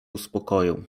uspokoję